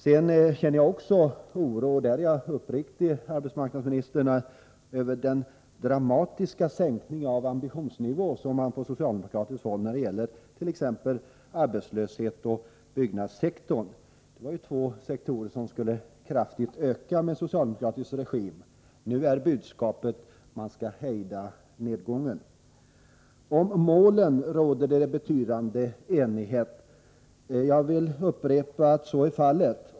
Jag känner också oro — det vill jag uppriktigt säga arbetsmarknadsministern — över sänkningen av den socialdemokratiska ambitionsnivån i fråga om t.ex. arbetslöshet och åtgärder inom byggnadssektorn. Det var ju områden som man under en socialdemokratisk regim kraftigt skulle satsa på. Nu är budskapet att man skall hejda nedgången. Om målen råder det betydande enighet. Jag vill upprepa att så är fallet.